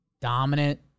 dominant